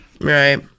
Right